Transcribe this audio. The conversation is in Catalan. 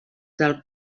del